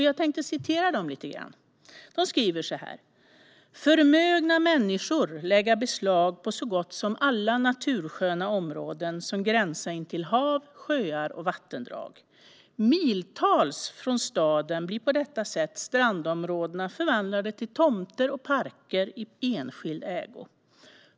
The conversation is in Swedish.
Jag tänkte citera dem: "Förmögna stadsbor lägga beslag på så gott som alla natursköna områden, som gränsa intill hav, sjöar och vattendrag. Miltals från staden bli på detta sätt strandområdena förvandlade till tomter och parker i enskild ägo.